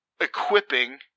equipping